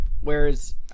Whereas